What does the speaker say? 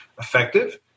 effective